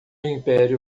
império